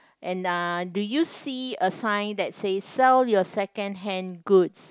and uh do you see a sign that says sell your secondhand goods